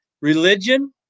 religion